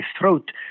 throat